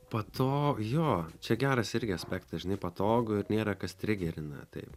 pato jo čia geras irgi aspektas žinai patogu ir nėra kas trigerina taip